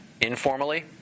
informally